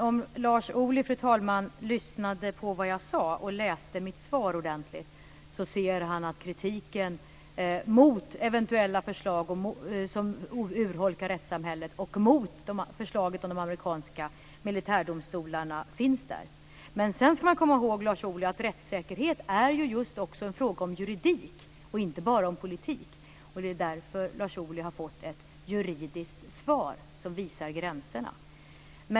Om Lars Ohly hade lyssnat på vad jag sade och läst svaret ordentligt hade han insett att kritiken mot eventuella förslag som urholkar rättssamhället och mot förslaget om de amerikanska militärdomstolarna finns där. Man ska komma ihåg, Lars Ohly, att rättssäkerhet också är en fråga om just juridik och inte bara om politik. Det är därför Lars Ohly har fått ett juridiskt svar, som visar gränserna.